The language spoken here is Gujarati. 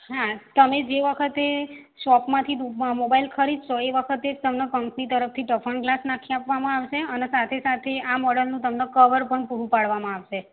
હા તમે જે વખતે શોપમાંથી મુબ મોબાઇલ ખરીદશો એ વખતે જ તમને કમ્પની તરફથી ટફન ગ્લાસ નાખી આપવામાં આવશે અને સાથે સાથે આ મોડેલનું તમને કવર પણ પૂરું પાડવામાં આવશે